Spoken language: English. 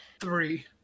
Three